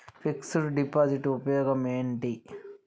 Fix డ్ deposit ఉపయోగం ఏంటి?